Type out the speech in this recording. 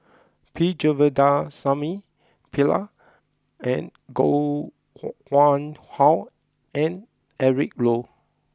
P Govindasamy Pillai and Koh Nguang How and Eric Low